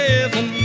Heaven